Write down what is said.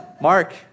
Mark